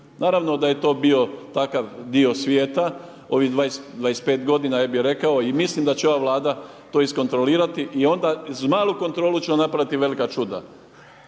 Naravno da je to bio takav dio svijeta, ovih 25 g. ja bi rekao i mislim da će ova vlada to iskontrolirati i onda iz malu kontrolu ćemo napraviti velika čuda.